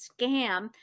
scam